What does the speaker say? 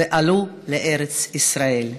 ועלו לארץ ישראל,